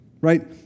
right